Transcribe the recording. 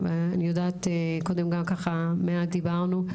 אני יודעת קודם גם מעט דיברנו,